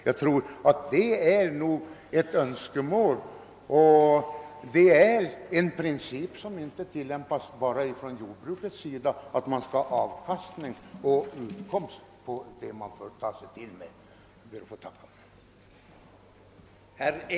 Principen att man skall ha avkastning av sin rörelse bör ju gälla även jordbrukare.